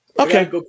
Okay